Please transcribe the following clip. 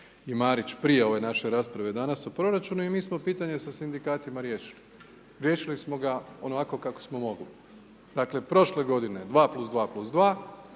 i Marić prije ove naše rasprave danas o proračunu i mi smo pitanja sa sindikatima riješili. Riješili smo ga onako kako smo mogli. Dakle od prošle godine 2+2+2,